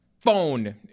phone